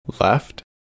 left